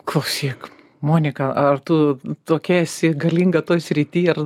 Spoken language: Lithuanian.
klausyk monika ar tu tokia esi galinga toj srity ar